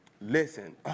Listen